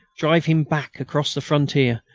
drive him back across the frontier,